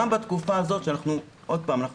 גם בתקופה הזאת ועוד פעם,